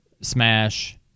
Smash